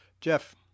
Jeff